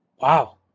Wow